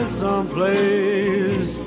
someplace